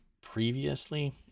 previously